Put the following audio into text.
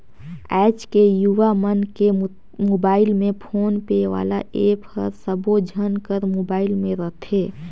आएज के युवा मन के मुबाइल में फोन पे वाला ऐप हर सबो झन कर मुबाइल में रथे